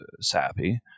Sappy